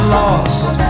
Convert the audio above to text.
lost